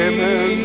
Amen